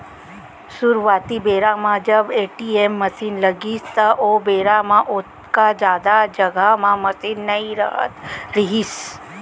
सुरूवाती बेरा म जब ए.टी.एम मसीन लगिस त ओ बेरा म ओतेक जादा जघा म मसीन नइ रहत रहिस